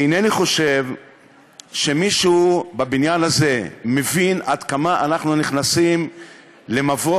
אינני חושב שמישהו בבניין הזה מבין עד כמה אנחנו נכנסים למבוך,